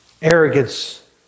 Arrogance